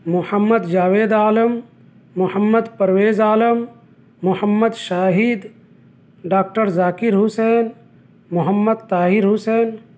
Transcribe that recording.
Muhammad Javed Alam Mohammad Parvez Alam Mohammad Shahid doctor Zakir Hussain Mohammad Tahir Hussain